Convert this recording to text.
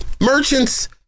merchants